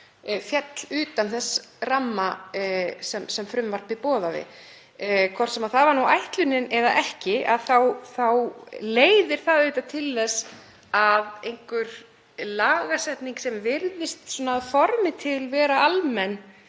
félli utan þess ramma sem frumvarpið boðaði. Hvort sem það var ætlunin eða ekki þá leiðir það auðvitað til þess að einhver lagasetning, sem virðist að formi til vera almenn,